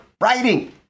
writing